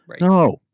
No